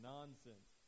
Nonsense